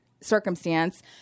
circumstance